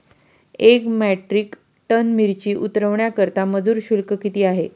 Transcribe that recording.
एक metric ton मिरची उतरवण्याकरता मजूर शुल्क किती आहे?